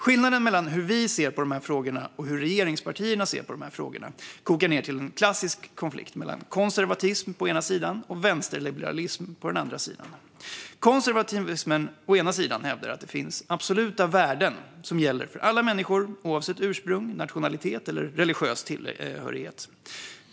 Skillnaden mellan hur vi ser på dessa frågor och hur regeringspartierna ser på dem kokar ned till en klassisk konflikt mellan konservatism å ena sidan och vänsterliberalism å andra sidan. Konservatismen hävdar att det finns absoluta värden som gäller för alla människor oavsett ursprung, nationalitet eller religiös tillhörighet.